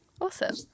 Awesome